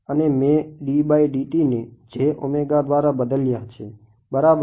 અને મેં ને દ્વારા બદલ્યા છે બરાબર